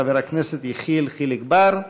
חבר הכנסת יחיאל חיליק בר.